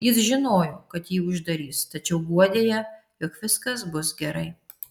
jis žinojo kad jį uždarys tačiau guodė ją jog viskas bus gerai